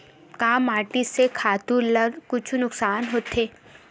का माटी से खातु ला कुछु नुकसान होथे?